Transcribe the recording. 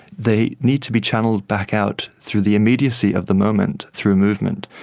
they need to be channelled back out through the immediacy of the moment, through movement.